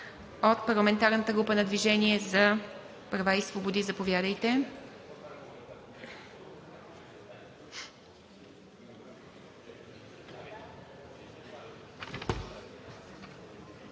От парламентарната група на „Движение за права и свободи“. Заповядайте.